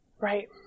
Right